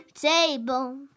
Table